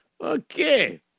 Okay